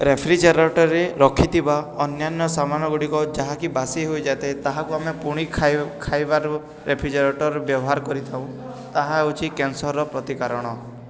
ରେଫ୍ରିଜାରେଟର୍ରେ ରଖିଥିବା ଅନ୍ୟାନ୍ୟ ସମାନ ଗୁଡ଼ିକ ଯାହାକି ବାସି ହୋଇଯାଥାଏ ତାହାକୁ ଆମେ ପୁଣି ଖାଇବାର ରେଫ୍ରିଜାରେଟର୍ ବ୍ୟବହାର କରିଥାଉ ତାହା ହେଉଛିି କ୍ୟାନ୍ସରର ପ୍ରତିକାରଣ